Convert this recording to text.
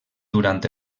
durant